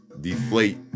deflate